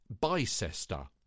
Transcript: Bicester